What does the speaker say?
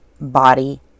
body